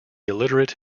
illiterate